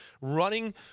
running